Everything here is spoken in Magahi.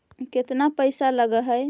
केतना पैसा लगय है?